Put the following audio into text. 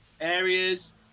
areas